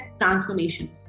transformation